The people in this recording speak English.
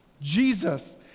Jesus